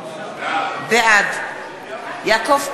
בעד יעקב פרי,